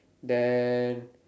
then